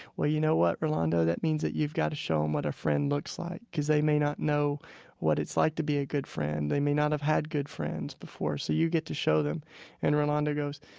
well, you know what, rolando, that means that you've got to show him what a friend looks like, because they may not know what it's like to be a good friend. they may not have had good friends before, so you get to show them and rolando goes,